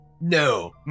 No